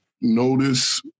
notice